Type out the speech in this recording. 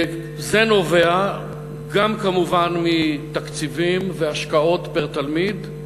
זה נובע גם כמובן מתקציבים והשקעות פר-תלמיד,